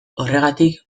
horregatik